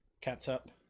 Catsup